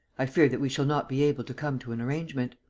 i fear that we shall not be able to come to an arrangement.